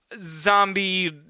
zombie